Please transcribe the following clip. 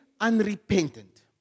unrepentant